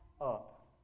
up